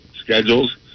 schedules